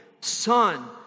son